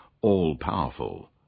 all-powerful